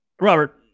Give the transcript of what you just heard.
Robert